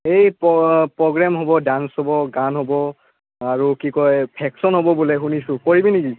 এই প্ৰগ্ৰেম হ'ব ডান্স হ'ব গান হ'ব আৰু কি কয় ভেশছন হ'ব বোলে শুনিছোঁ কৰিবি নেকি